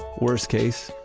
worst case,